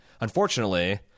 unfortunately